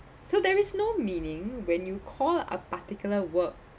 so there is no meaning when you call a particular work